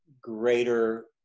greater